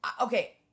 okay